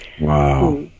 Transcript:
Wow